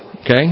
okay